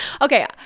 okay